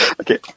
Okay